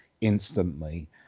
instantly